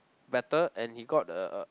better and he got a